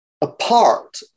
apart